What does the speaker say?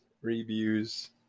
reviews